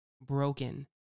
broken